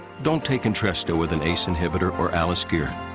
don't take entresto with an ace inhibitor or aliskiren.